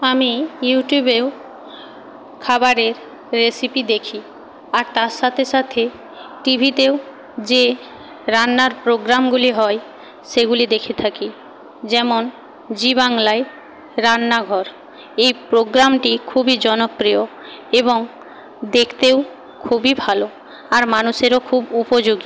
আমি ইউটিউবেও খাবারের রেসিপি দেখি আর তার সাথে সাথে টি ভিতেও যে রান্নার প্রোগ্রামগুলি হয় সেগুলি দেখে থাকি যেমন জি বাংলায় রান্নাঘর এই প্রোগ্রামটি খুবই জনপ্রিয় এবং দেখতেও খুবই ভালো আর মানুষেরও খুব উপযোগী